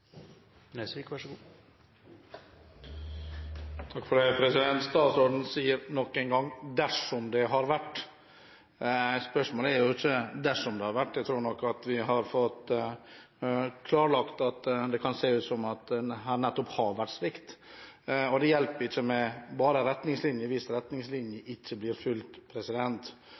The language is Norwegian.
Statsråden sier nok en gang: dersom det har vært. Spørsmålet er ikke dersom det har vært. Jeg tror at vi har fått klarlagt at det kan se ut som om det nettopp har vært svikt. Det hjelper ikke med retningslinjer hvis retningslinjene ikke blir fulgt.